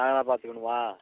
நாங்கள் தான் பார்த்துக்கணுமா